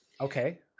Okay